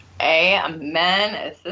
Amen